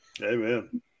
Amen